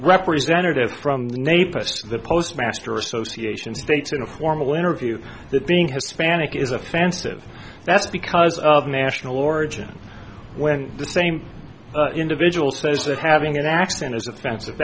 representative from the name of the postmaster association states in a formal interview that being hispanic is offensive that's because of national origin when the same individual says that having an accent is offensive